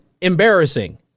embarrassing